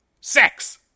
sex